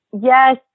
Yes